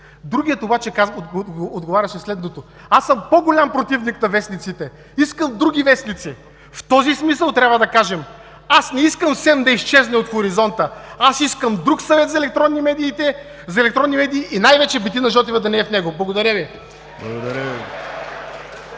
Другият обаче отговаряше следното: „Аз съм по-голям противник на вестниците, искам други вестници.“ В този смисъл трябва да кажем: аз не искам СЕМ да изчезне от хоризонта, аз искам друг Съвет за електронни медии и най-вече Бетина Жотева да не е в него. Благодаря Ви.